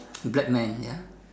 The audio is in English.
black man ya